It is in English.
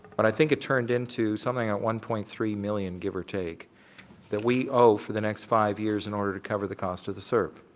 but i think it turned into something at one point three million give or take that we owe for the next five years in order to cover the cost of the srp.